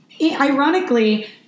ironically